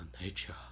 Nature